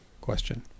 question